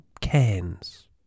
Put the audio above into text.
cans